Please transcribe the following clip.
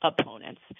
opponents